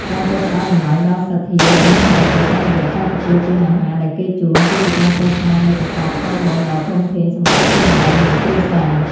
ការចេះផ្តល់តម្លៃដល់សទ្ធារបស់អ្នកដទៃតាមរយៈការទទួលទានអាហារដែលគេជូន គឺជាការកសាងនូវកុសលផលបុណ្យដ៏ធំធេងសម្រាប់ខ្លួនឯង និងគ្រួសារ។